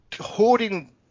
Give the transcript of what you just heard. hoarding